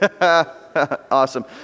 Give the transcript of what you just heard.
Awesome